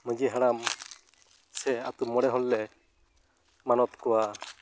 ᱢᱟᱹᱡᱷᱤ ᱦᱟᱲᱟᱢ ᱥᱮ ᱟᱛᱳ ᱢᱚᱬᱮ ᱦᱚᱲ ᱞᱮ ᱢᱟᱱᱚᱛ ᱠᱚᱣᱟ